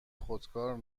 خودکار